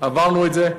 עברנו את זה,